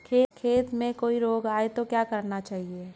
खेत में कोई रोग आये तो क्या करना चाहिए?